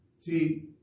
See